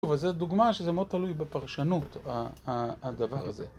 זו דוגמה שזה מאוד תלוי בפרשנות הדבר הזה.